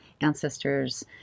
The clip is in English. ancestors